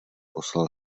poslal